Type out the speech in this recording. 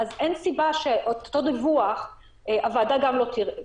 כך שאין סיבה שאת אותו דיווח הוועדה גם לא תראה.